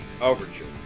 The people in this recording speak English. Overture